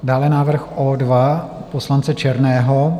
Dále návrh O2 poslance Černého.